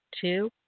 two